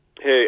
Hey